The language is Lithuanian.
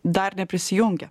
dar neprisijungė